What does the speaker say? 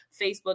Facebook